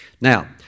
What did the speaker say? Now